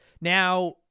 Now